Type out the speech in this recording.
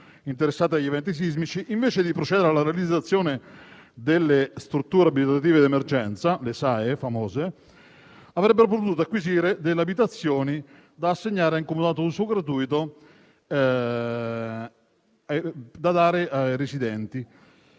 interessate dagli eventi sismici, invece di procedere alla realizzazione delle strutture abitative di emergenza (le famose SAE), avrebbero potuto acquisire abitazioni da assegnare in comodato d'uso gratuito ai residenti